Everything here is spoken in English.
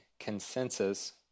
consensus